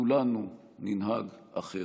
שכולנו ננהג אחרת.